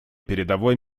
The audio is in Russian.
передовой